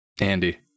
Andy